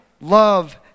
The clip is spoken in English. love